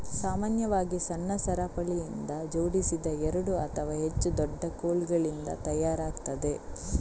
ಸಾಮಾನ್ಯವಾಗಿ ಸಣ್ಣ ಸರಪಳಿಯಿಂದ ಜೋಡಿಸಿದ ಎರಡು ಅಥವಾ ಹೆಚ್ಚು ದೊಡ್ಡ ಕೋಲುಗಳಿಂದ ತಯಾರಾಗ್ತದೆ